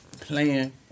playing